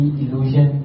illusion